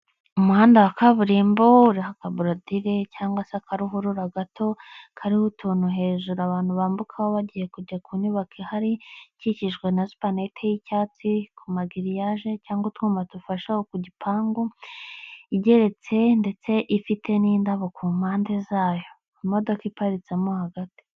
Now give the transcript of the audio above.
Umuhanda wa kaburimbo uriho aka boridire cyangwa se akaruhurura gato, kariho utuntu hejuru abantu bambukaho bagiye kujya ku nyubako ihari, ikikijwe na supaneti y'icyatsi ku ma giriyaje cyangwa utwuma dufasha ku gipangu, igeretse ndetse ifite n'indabo ku mpande zayo. Imodoka iparitsemo hagati.